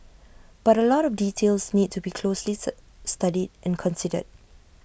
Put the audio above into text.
but A lot of details need to be closely sir studied and considered